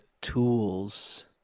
tools